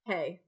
Hey